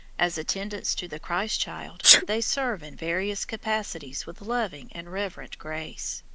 as attendants to the christ-child, they serve in various capacities with loving and reverent grace.